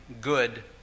good